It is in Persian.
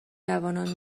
جوانان